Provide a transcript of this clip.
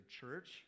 church